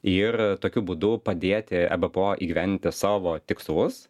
ir tokiu būdu padėti ebpo įgyvendinti savo tikslus